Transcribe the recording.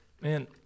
Man